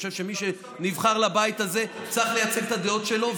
אני חושב שמי שנבחר לבית הזה צריך לייצג את הדעות שלו,